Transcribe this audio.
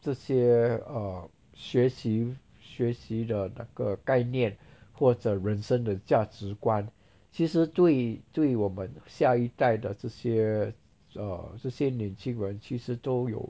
这些 err 学习学习的那个概念或者人生的价值观其实对于对于我们下一代的这些 err 这些年轻人其实都有